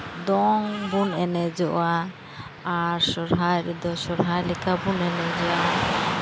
ᱫᱚᱝ ᱵᱚᱱ ᱮᱱᱮᱡᱚᱜᱼᱟ ᱟᱨ ᱥᱚᱨᱦᱟᱭ ᱨᱮᱫᱚ ᱥᱚᱨᱦᱟᱭ ᱞᱮᱠᱟᱵᱚᱱ ᱮᱱᱮᱡᱟ